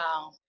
Wow